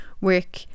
work